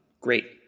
Great